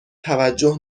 توجه